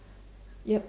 yup